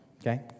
Okay